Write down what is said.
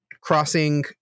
crossing